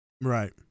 Right